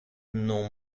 non